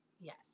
Yes